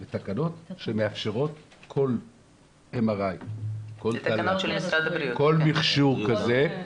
יש תקנות, שמאפשרות כל MRI, כל מכשור כזה,